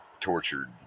tortured